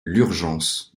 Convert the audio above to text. l’urgence